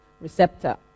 Receptor